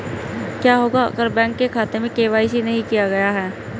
क्या होगा अगर बैंक खाते में के.वाई.सी नहीं किया गया है?